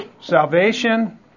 salvation